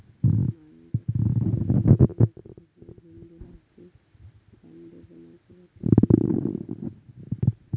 माणग्याचो उपयोग हिंदू धर्माचे भगवे झेंडे लावचे दांडे बनवच्यासाठी पण केलो जाता